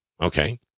Okay